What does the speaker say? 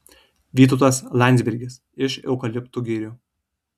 vytautas landsbergis iš eukaliptų girių